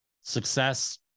success